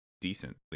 decently